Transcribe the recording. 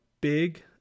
big